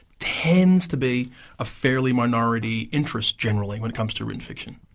tends to be a fairly minority interest generally, when it comes to reading fiction.